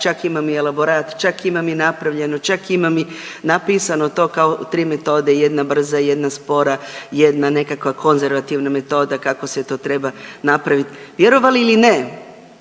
čak imam i elaborat, čak imam i napravljeno, čak imam i napisano to kao tri metode, jedna brza, jedna spora, jedna nekakva konzervativna metoda kako se to treba napraviti. Vjerovali ili ne,